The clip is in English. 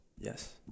yes